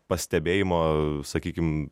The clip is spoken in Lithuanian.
pastebėjimo sakykim